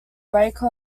brake